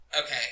Okay